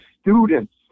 students